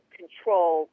control